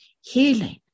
Healing